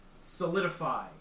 solidify